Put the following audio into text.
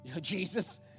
Jesus